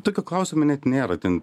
tokio klausimo net nėra ten